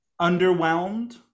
underwhelmed